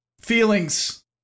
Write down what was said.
feelings